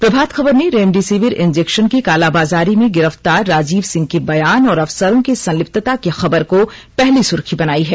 प्रभात खबर ने remdesivir injection की कालाबाजारी में गिरफ्तार राजीव सिंह के बयान और अफसरों की संलिप्तता की खबर को पहली सुर्खी बनाई है